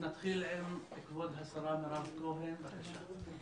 נתחיל עם כבוד השרה מירב כהן, בבקשה.